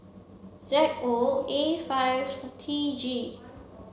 Z O A five T G